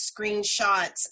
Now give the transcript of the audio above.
screenshots